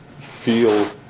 feel